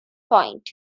point